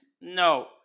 No